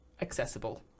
accessible